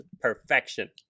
perfection